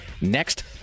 next